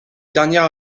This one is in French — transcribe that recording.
dernière